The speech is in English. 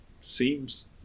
seems